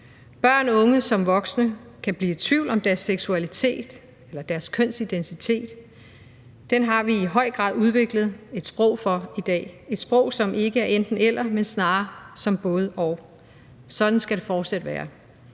Børn, unge og voksne kan blive i tvivl om deres seksualitet eller deres kønsidentitet. Den har vi i høj grad udviklet et sprog for i dag – et sprog, som ikke er enten-eller, men snarere både-og. Sådan skal det fortsat være.